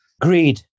greed